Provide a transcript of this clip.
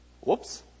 Whoops